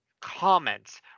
comments